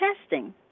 testing